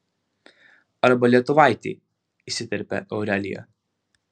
arba lietuvaitį įsiterpia aurelija